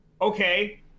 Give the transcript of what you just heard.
Okay